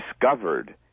discovered